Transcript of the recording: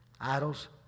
idols